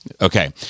Okay